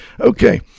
Okay